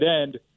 end